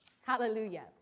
Hallelujah